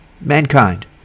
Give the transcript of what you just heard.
Mankind